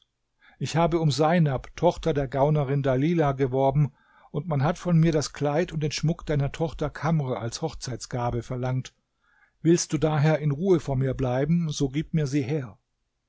ich habe um seinab tochter der gaunerin dalilah geworben und man hat von mir das kleid und den schmuck deiner tochter kamr als hochzeitsgabe verlangt willst du daher in ruhe vor mir bleiben so gib mir sie her